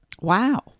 Wow